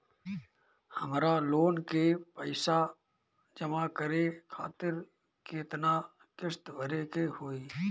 हमर लोन के पइसा जमा करे खातिर केतना किस्त भरे के होई?